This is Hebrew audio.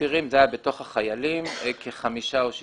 אסירים זה היה בתוך החיילים, כחמישה או שישה.